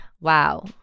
Wow